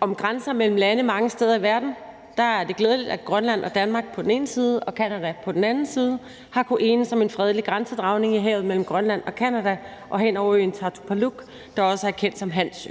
om grænser mellem lande mange steder i verden er det glædeligt, at Grønland og Danmark på den ene side og Canada på den anden side har kunnet enes om en fredelig grænsedragning i havet mellem Grønland og Canada og hen over øen Tartupaluk, der også er kendt som Hans